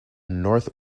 north